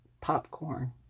Popcorn